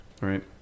right